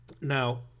Now